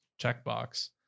checkbox